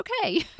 okay